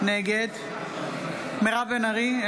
נגד מירב בן ארי,